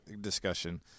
discussion